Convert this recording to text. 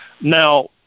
Now